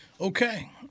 Okay